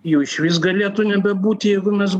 jų išvis galėtų nebebūti jeigu mes